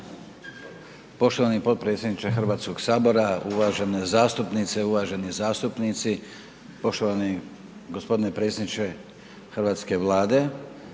Poštovani potpredsjedniče Hrvatskog sabora, uvažene zastupnice, uvaženi zastupnici, poštovani gospodine predsjedniče Hrvatske vlade,